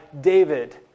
David